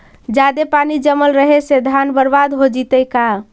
जादे पानी जमल रहे से धान बर्बाद हो जितै का?